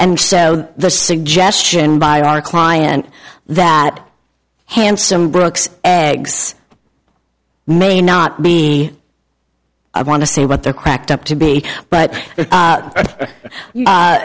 and so the suggestion by our client that handsome brooks eggs may not be i want to say what they're cracked up to be but